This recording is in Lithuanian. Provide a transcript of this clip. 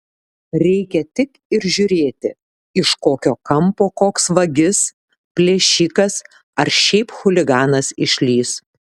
reikia tik ir žiūrėti iš kokio kampo koks vagis plėšikas ar šiaip chuliganas išlįs